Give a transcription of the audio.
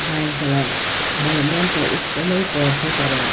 गायनकला मलाई मन त एकदमै पर्छ तर